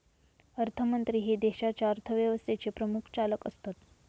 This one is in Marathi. अर्थमंत्री हे देशाच्या अर्थव्यवस्थेचे प्रमुख चालक असतत